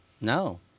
No